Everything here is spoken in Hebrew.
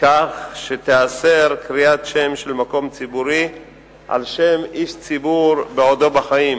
כך שתיאסר קריאת שם של מקום ציבורי על-שם איש ציבור בעודו בחיים.